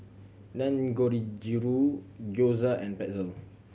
Gyoza and Pretzel